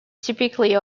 typically